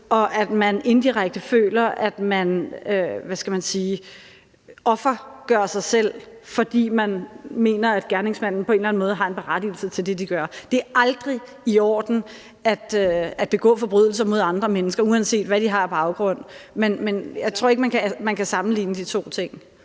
og at man indirekte føler, at man – hvad skal man sige – offergør sig selv, fordi man mener, at gerningsmanden på en eller anden måde har en berettigelse til det, som vedkommende gør. Det er aldrig i orden at begå forbrydelser mod andre mennesker, uanset hvilken baggrund de har. Men jeg tror ikke, at man kan sammenligne de to ting.